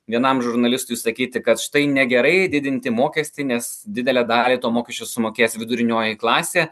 vienam žurnalistui sakyti kad štai negerai didinti mokestį nes didelę dalį to mokesčio sumokės vidurinioji klasė